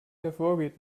hervorgeht